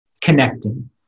connecting